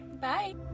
Bye